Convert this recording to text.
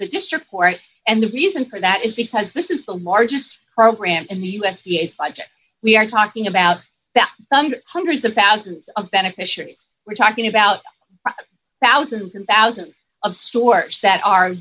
the district court and the reason for that is because this is the largest program in the us vs we are talking about that hundreds of thousands of beneficiaries we're talking about thousands and thousands of stores that are